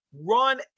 run